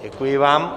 Děkuji vám.